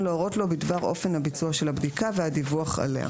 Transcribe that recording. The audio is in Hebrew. להורות לו בדבר אופן הביצוע של הבדיקה והדיווח עליה.